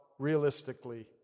Realistically